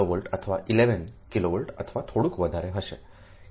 8 kV અથવા 11 kV અથવા થોડુંક વધારે હશે 11